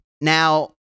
Now